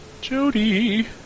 Jody